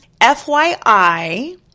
FYI